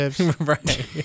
Right